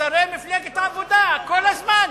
שרי מפלגת העבודה כל הזמן: